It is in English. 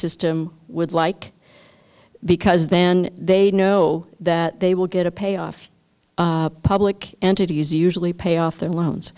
system would like because then they know that they will get a payoff public entities usually pay off their loans